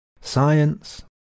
Science